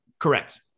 Correct